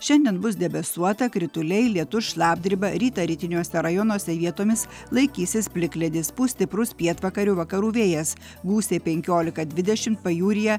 šiandien bus debesuota krituliai lietus šlapdriba rytą rytiniuose rajonuose vietomis laikysis plikledis pūs stiprus pietvakarių vakarų vėjas gūsiai penkiolika dvidešim pajūryje